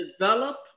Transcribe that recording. Develop